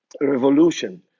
revolution